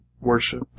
worship